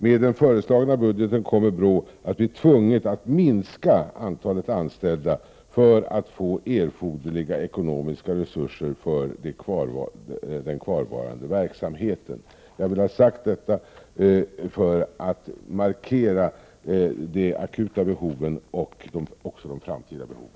Med den föreslagna budgeten kommer BRÅ att bli tvunget att minska antalet anställda för att få erforderliga ekonomiska resurser för de kvarvarandes verksamhet. Jag vill ha detta sagt för att markera de akuta behoven och även behoven för framtiden.